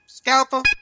Scalpel